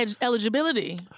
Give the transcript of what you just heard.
eligibility